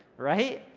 right?